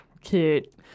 Cute